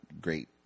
great